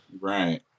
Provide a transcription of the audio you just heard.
Right